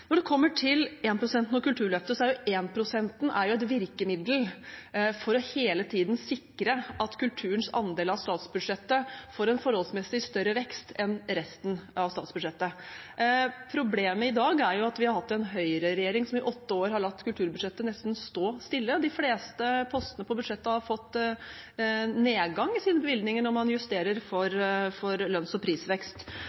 Når det kommer til énprosenten og kulturløftet, så er énprosenten et virkemiddel for hele tiden å sikre at kulturens andel av statsbudsjettet får en forholdsmessig større vekst enn resten av statsbudsjettet. Problemet i dag er at vi har hatt en høyreregjering som i åtte år har latt kulturbudsjettet nesten stå stille. De fleste postene på budsjettet har fått nedgang i sine bevilgninger når man justerer for